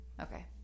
Okay